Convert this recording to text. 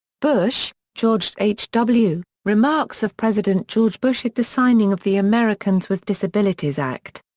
bush, george h. w, remarks of president george bush at the signing of the americans with disabilities act.